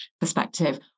perspective